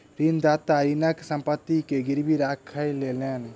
ऋणदाता ऋणीक संपत्ति के गीरवी राखी लेलैन